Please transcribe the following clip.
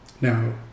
now